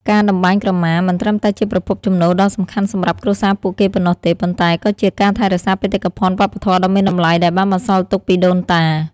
ការតម្បាញក្រមា មិនត្រឹមតែជាប្រភពចំណូលដ៏សំខាន់សម្រាប់គ្រួសារពួកគេប៉ុណ្ណោះទេ ប៉ុន្តែក៏ជា ការថែរក្សាបេតិកភណ្ឌវប្បធម៌ដ៏មានតម្លៃ ដែលបានបន្សល់ទុកពីដូនតា។